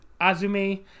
azumi